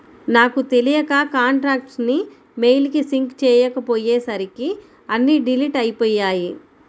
నాకు తెలియక కాంటాక్ట్స్ ని మెయిల్ కి సింక్ చేసుకోపొయ్యేసరికి అన్నీ డిలీట్ అయ్యిపొయ్యాయి